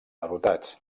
derrotats